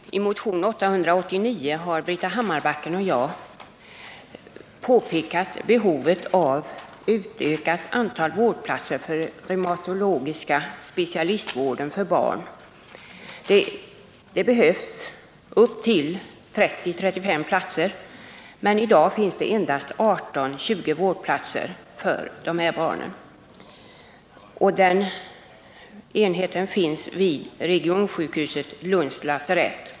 Herr talman! I motionen 1978/79:889 har Britta Hammarbacken och jag påpekat behovet av ett utökat antal vårdplatser för reumatologisk specialist vård för barn. Det behövs 30-35 platser. Men i dag finns endast 18-20 Nr 23 vårdplatser för reumatoida barn, nämligen vid den barnreumatologiska Onsdagen den enheten vid regionsjukhuset Lunds lasarett.